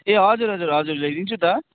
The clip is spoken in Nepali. ए हजुर हजुर हजुर ल्याइदिन्छु त